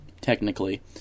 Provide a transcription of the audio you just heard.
technically